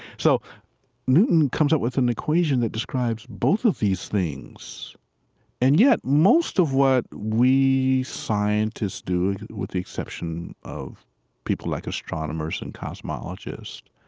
so newton comes up with an equation that describes both of these things and yet most of what we scientists do, with the exception of people like astronomers and cosmologists,